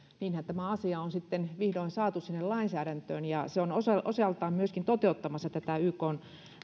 niin tämä asia on sitten vihdoin saatu lainsäädäntöön ja se on osaltaan myöskin toteuttamassa tätä ykn